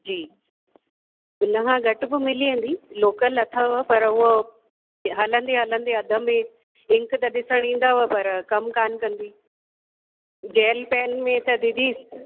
जी हुनखां घटि बि मिली लोकल अथव पर हूअ हलंदे हलंदे अधि में इंक त ॾिसण ईंदव पर कम कोन्ह कंदी जेल पेन में त दीदी